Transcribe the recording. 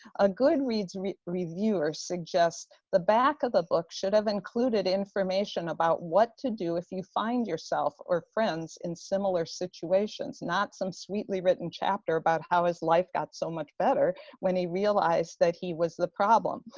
a goodreads reviewer suggests the back of the book should have included information about what to do if you find yourself or friends in similar situations, not some sweetly written chapter about how his life got so much better when he realized that he was the problem.